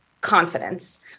confidence